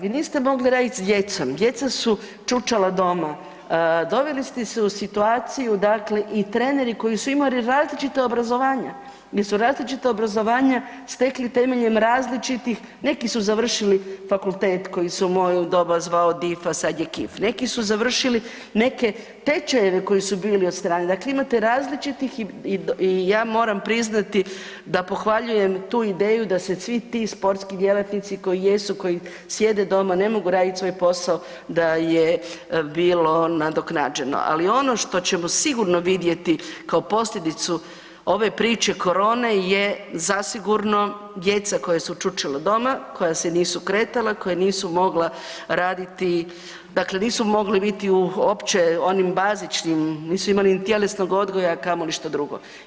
Vi niste mogli raditi s djecom, djeca su čučala doma, doveli ste se u situaciju dakle i treneri koji su imali različita obrazovanja jer su različita obrazovanja stekli temeljem različitih, neki su završili fakultet koje se u moje doba zvao DIF, a sad je KIF, neki su završili neke tečajeve koji su bili od strane, dakle imate različitih i ja moram priznati da pohvaljujem tu ideju da se svi ti sportski djelatnici koji jesu koji sjede doma ne mogu raditi svoj posao da je bilo nadoknađeno, ali ono što ćemo sigurno vidjeti kao posljedicu ove priče korone je zasigurno djeca koja su čučala doma, koja se nisu kretala, koja nisu mogla raditi, dakle nisu mogli biti uopće u onim bazičnim, nisu imali ni tjelesnog odgoja, a kamoli što drugo.